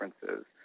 differences